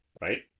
right